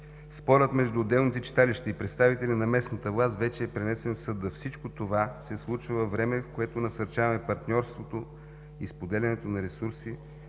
Спорът между отделните читалища и представители на местната власт вече е пренесен в съда. Всичко това се случва във време, в което насърчаваме партньорството и споделянето на ресурси